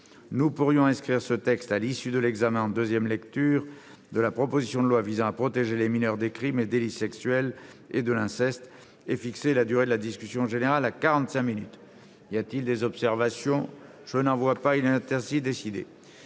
Nous pourrions inscrire ce texte à l'issue de l'examen en deuxième lecture de la proposition de loi visant à protéger les mineurs des crimes et délits sexuels et de l'inceste, et fixer la durée de la discussion générale à quarante-cinq minutes. Y a-t-il des observations ?... Il en est ainsi décidé.